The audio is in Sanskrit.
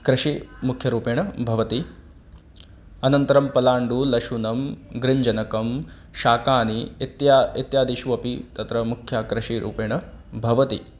कृषिः मुख्यरूपेण भवति अनन्तरं पलाण्डुः लशुनं गृञ्जनकं शाकानि इत्यादि इत्यादिषु अपि तत्र मुख्य कृषिरूपेण भवति